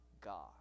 God